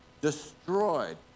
destroyed